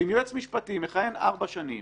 אם יועץ משפטי מכהן ארבע שנים